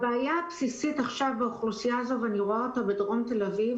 הבעיה הבסיסית באוכלוסייה הזו ואני רואה אותה בדרום תל אביב